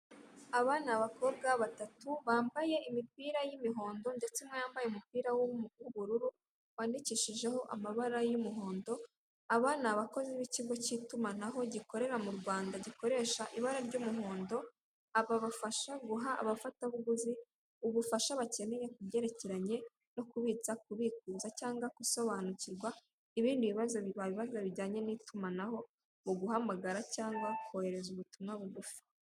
Aba ni abakobwa batatu bambaye imipira y'imihondo, ndetse umwe yambaye umupira w'ubururu, wandikishijeho amabara y'umuhondo, aba ni abakozi b'ikigo cy'itumanaho gikorera mu Rwanda gikoresha ibara ry'umuhondo, aba bafasha guha abafatabuguzi ubufasha bakeneye ku byerekeranye no kubitsa, kubikuza, cyangwa gusobanukirwa ibindi bibazo bijyanye n'itumanaho mu guhamagara cyangwa kohereza ubutumwa bugufi.